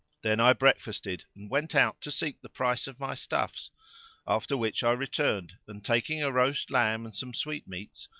then i breakfasted and went out to seek the price of my stuffs after which i returned, and taking a roast lamb and some sweetmeats,